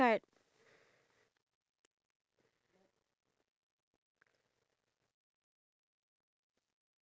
so maybe like they're saying we don't have to work in order for us to get the basic necessities for survival